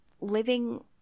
living